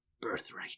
birthright